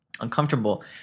uncomfortable